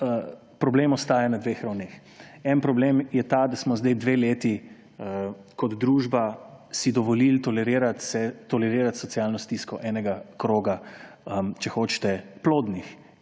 problem ostaja na dveh ravneh. En problem je ta, da smo zdaj dve leti kot družba si dovolili tolerirati socialno stisko enega kroga, če hočete, plodnih